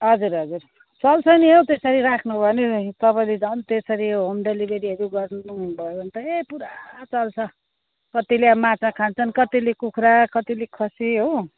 हजुर हजुर चल्छ नि हौ त्यसरी राख्नुभयो भने तपाईँले झन् त्यसरी होम डेलिभरीहरू गरिदिनु हुँदोरहेछ कि पुरा चल्छ कतिले अब माछा खान्छन् कतिले कुखुरा कतिले खसी हो